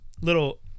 little